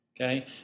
Okay